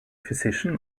physician